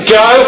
go